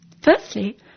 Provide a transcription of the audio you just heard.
Firstly